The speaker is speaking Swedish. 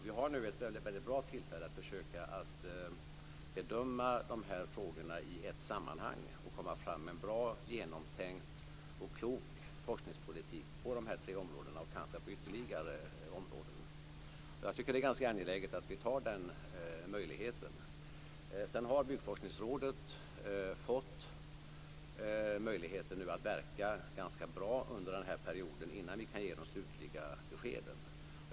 Det finns nu ett bra tillfälle att försöka att bedöma frågorna i ett sammanhang och komma fram till en bra, genomtänkt och klok forskningspolitik på de tre områdena och kanske även på ytterligare områden. Det är angeläget att utnyttja den möjligheten. Byggforskningsrådet har fått möjligheter att verka på ett bra sätt under perioden innan de slutliga beskeden kan ges.